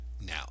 now